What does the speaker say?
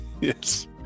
Yes